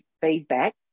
feedback